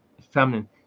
feminine